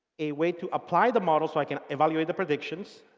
a way to apply the model so i can evaluate the predictions.